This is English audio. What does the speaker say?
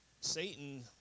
Satan